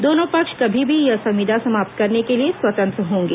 दोनों पक्ष कभी भी यह संविदा समाप्त करने के लिए स्वतंत्र होंगे